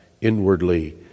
inwardly